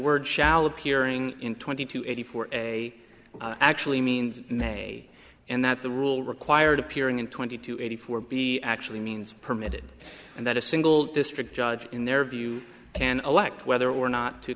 word shall appearing in twenty two eighty four a actually means may and that the rule required appearing in twenty two eighty four b actually means permitted and that a single district judge in their view can elect whether or not to